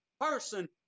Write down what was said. person